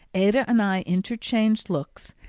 ada and i interchanged looks,